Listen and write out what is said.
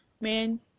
Man